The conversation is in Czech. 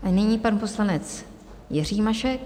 Nyní pan poslanec Jiří Mašek.